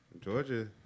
Georgia